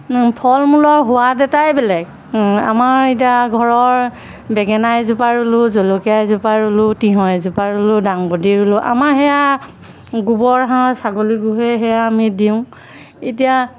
ফল মূলৰ সোৱাদ এটাই বেলেগ আমাৰ এতিয়া ঘৰৰ বেঙেনা এজোপা ৰুলোঁ জলকীয়া এজোপা ৰুলোঁ তিয়হ এজোপা ৰুলোঁ ডাংব'ডি ৰুলোঁ আমাৰ সেয়া গোবৰ সাৰৰ ছাগলী গোবৰহে সেয়া আমি দিওঁ এতিয়া